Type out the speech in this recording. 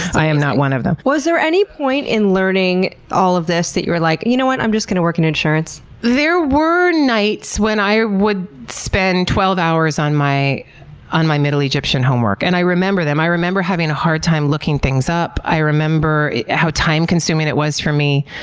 i am not one of them. was there any point in learning all of this that you were like, you know what? i'm just going to work in insurance? there were nights when i would spend twelve hours on my on my middle egyptian homework. and i remember them. i remember having a hard time looking things up. i remember how time consuming it was for me,